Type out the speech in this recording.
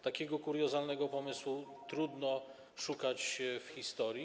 Takiego kuriozalnego pomysłu trudno szukać w historii.